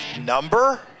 number